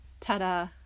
ta-da